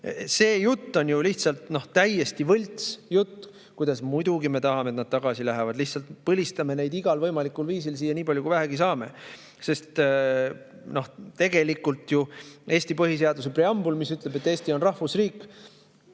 See jutt on ju lihtsalt täiesti võltsjutt, kuidas muidugi me tahame, et nad tagasi lähevad. Lihtsalt põlistame neid igal võimalikul viisil siia nii palju, kui vähegi saame. Sest tegelikult ju Eesti põhiseaduse preambul, mis ütleb, et Eesti on rahvusriik,